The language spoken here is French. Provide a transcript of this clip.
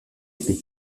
épée